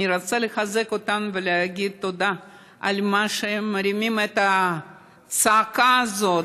אני רוצה לחזק אותם ולהגיד תודה על כך שהם מרימים את הצעקה הזאת,